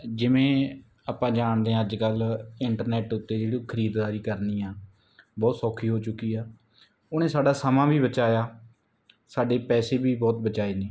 ਜਿਵੇਂ ਆਪਾਂ ਜਾਣਦੇ ਹਾਂ ਅੱਜ ਕੱਲ੍ਹ ਇੰਟਰਨੈਟ ਉੱਤੇ ਜਿਹੜੀ ਖਰੀਦਦਾਰੀ ਕਰਨੀ ਆ ਬਹੁਤ ਸੌਖੀ ਹੋ ਚੁੱਕੀ ਆ ਉਹਨੇ ਸਾਡਾ ਸਮਾਂ ਵੀ ਬਚਾਇਆ ਸਾਡੇ ਪੈਸੇ ਵੀ ਬਹੁਤ ਬਚਾਏ ਨੇ